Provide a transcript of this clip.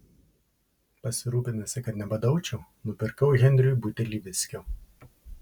pasirūpinusi kad nebadaučiau nupirkau henriui butelį viskio